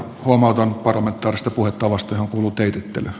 huomautan parlamentaarisesta puhetavasta johon kuuluu teitittely